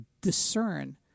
discern